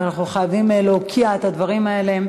ואנחנו חייבים להוקיע את הדברים האלה.